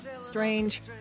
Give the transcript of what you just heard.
Strange